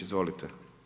Izvolite.